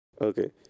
Okay